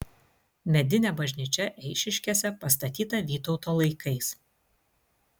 medinė bažnyčia eišiškėse pastatyta vytauto laikais